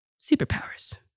superpowers